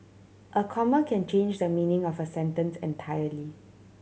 a comma can change the meaning of a sentence entirely